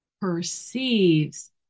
perceives